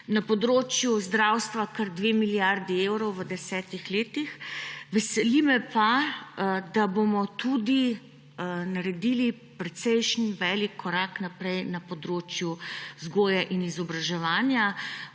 na področju zdravstva kar 2 milijardi evrov v 10 letih. Veseli me pa, da bomo naredili tudi precejšen, velik korak naprej na področju vzgoje in izobraževanja